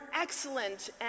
excellent